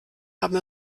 haben